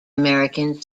american